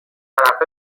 طرفه